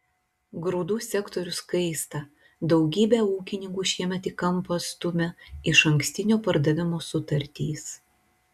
grūdų sektorius kaista daugybę ūkininkų šiemet į kampą stumia išankstinio pardavimo sutartys